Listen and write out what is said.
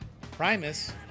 Primus